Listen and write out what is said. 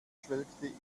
schwelgte